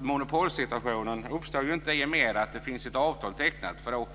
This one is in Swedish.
Monopolsituationen uppstår ju inte i och med att det finns ett avtal tecknat.